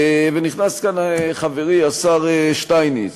ונכנס כאן חברי השר שטייניץ,